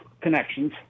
connections